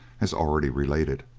as already related.